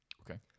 Okay